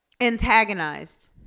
antagonized